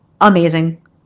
amazing